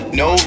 no